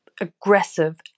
aggressive